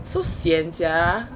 so sian sia